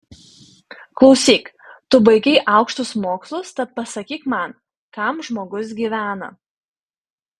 klausyk tu baigei aukštus mokslus tad pasakyk man kam žmogus gyvena